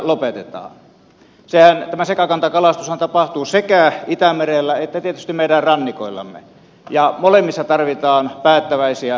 tämä sekakantakalastushan tapahtuu sekä itämerellä että tietysti meidän rannikoillamme ja molemmissa tarvitaan päättäväisiä toimia